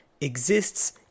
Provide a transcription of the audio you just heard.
exists